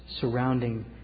surrounding